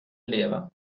leva